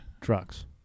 trucks